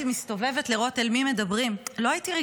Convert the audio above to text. הייתי מסתובבת לראות אל מי מדברים.